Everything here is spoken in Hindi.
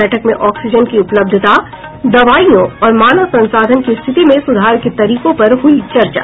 बैठक में ऑक्सीजन की उपलब्धता दवाईयों और मानव संसाधन की स्थिति में सुधार के तरीकों पर हुई चर्चा